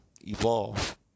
evolve